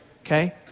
Okay